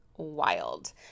wild